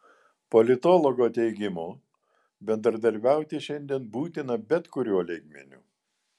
politologo teigimu bendradarbiauti šiandien būtina bet kuriuo lygmeniu